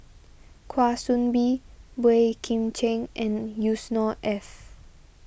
Kwa Soon Bee Boey Kim Cheng and Yusnor Ef